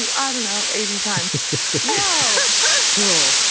and i don't know, eighty times now cool.